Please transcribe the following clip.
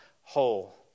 whole